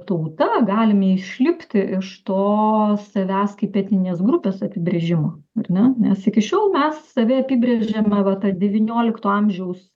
tauta galime išlipti iš to savęs kaip etninės grupės apibrėžimo ar ne nes iki šiol mes save apibrėžėme va ta devyniolikto amžiaus